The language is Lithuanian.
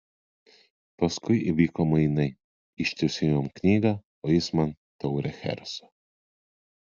paskui įvyko mainai ištiesiau jam knygą o jis man taurę chereso